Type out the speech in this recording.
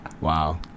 wow